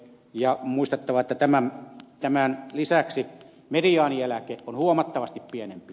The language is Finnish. on muistettava että tämän lisäksi mediaanieläke on huomattavasti pienempi